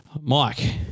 Mike